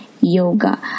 yoga